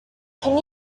can